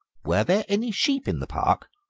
were there any sheep in the park?